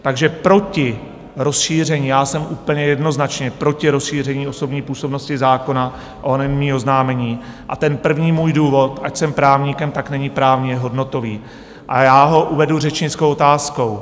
Takže proti rozšíření já jsem úplně jednoznačně proti rozšíření osobní působnosti zákona o anonymní oznámení a první můj důvod, ač jsem právníkem, není právně hodnotový, a já ho uvedu řečnickou otázkou.